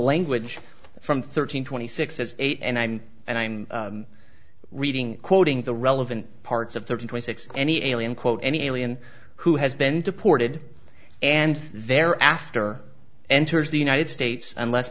language from thirteen twenty six says eight and i'm and i'm reading quoting the relevant parts of thirty six any alien quote any alien who has been deported and there after enters the united states unless